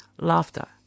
Laughter